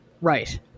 Right